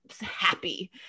happy